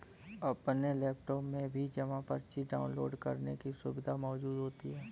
अपने लैपटाप में भी जमा पर्ची डाउनलोड करने की सुविधा मौजूद होती है